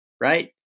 right